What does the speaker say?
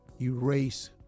erase